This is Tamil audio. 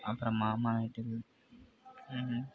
அப்புறம் மாமா வீட்டில்